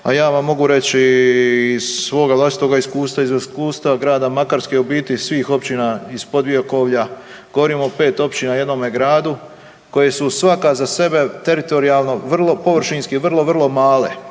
a ja vam mogu reći iz svoga vlastitoga iskustva i iz iskustva Grada Makarske u biti svih općina iz Podbiokovlja, govorim o pet općina i jednome gradu koji su svaka za sebe teritorijalno vrlo površinski vrlo, vrlo male